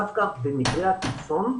דווקא במקרה הקיצון,